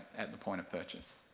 at the point of purchase,